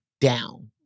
down